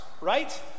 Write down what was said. right